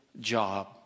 job